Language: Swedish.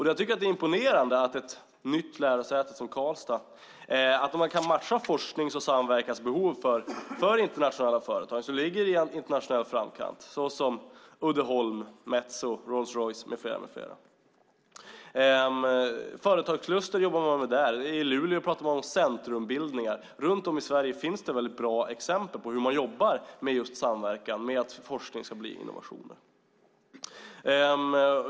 Jag tycker att det är imponerande att ett nytt lärosäte som Karlstad kan matcha forsknings och samverkansbehov för internationella företag som ligger i internationell framkant så som Uddeholm, Metso, Rolls Royce med flera. I Karlstad jobbar man alltså med företagskluster. I Luleå talar man om centrumbildningar. Runt om i Sverige finns det väldigt bra exempel på hur man jobbar med just samverkan och med att forskning ska bli innovationer.